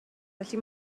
felly